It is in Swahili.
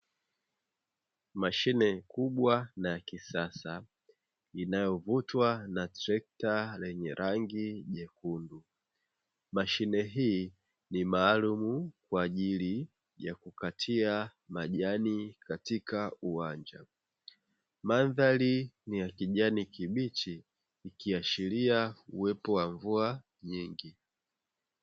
Mashine kubwa na ya kisasa inayovutwa na trekta lenye rangi jekundu, mashine hii ni maalum kwa ajili ya kukatia majani katika uwanja. Mandhari ni ya kijani kibichi ikiashiria uwepo wa mvua nyingi.